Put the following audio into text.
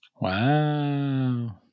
Wow